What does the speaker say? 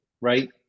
right